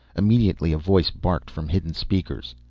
immediately a voice barked from hidden speakers.